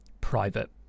private